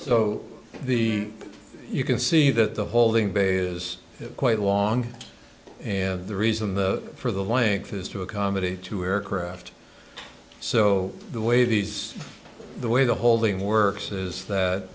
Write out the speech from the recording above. so the you can see that the holding bay is quite long and the reason the for the legs has to accommodate two aircraft so the way these the way the holding works is that